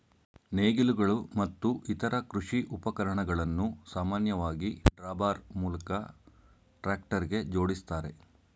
ನೇಗಿಲುಗಳು ಮತ್ತು ಇತರ ಕೃಷಿ ಉಪಕರಣಗಳನ್ನು ಸಾಮಾನ್ಯವಾಗಿ ಡ್ರಾಬಾರ್ ಮೂಲಕ ಟ್ರಾಕ್ಟರ್ಗೆ ಜೋಡಿಸ್ತಾರೆ